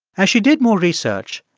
as she did more research,